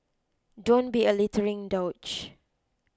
don't be a littering douche